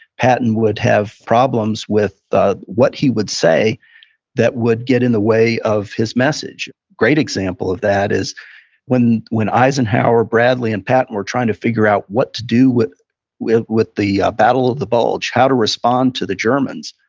patton would have problems with what he would say that would get in the way of his message great example of that is when when eisenhower, bradley, and patton were trying to figure out what to do with with the ah battle of the bulge, how to respond to the germans.